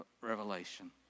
revelation